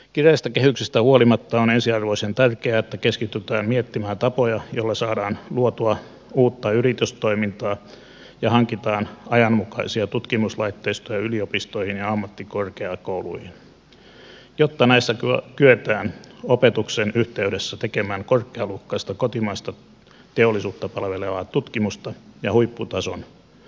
kireästä kehyksestä huolimatta on ensiarvoisen tärkeää että keskitytään miettimään tapoja joilla saadaan luotua uutta yritystoimintaa ja hankitaan ajanmukaisia tutkimuslaitteistoja yliopistoihin ja ammattikorkeakouluihin jotta näissä kyetään opetuksen yhteydessä tekemään korkealuokkaista kotimaista teollisuutta palvelevaa tutkimusta ja huipputason perustutkimusta